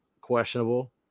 questionable